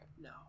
No